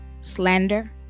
slander